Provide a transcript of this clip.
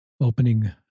opening